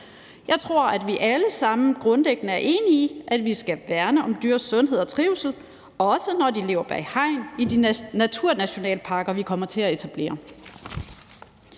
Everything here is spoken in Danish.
Jeg tror, at vi alle sammen grundlæggende er enige i, at vi skal værne om dyrs sundhed og trivsel, også når de lever bag hegn i de naturnationalparker, vi kommer til at etablere.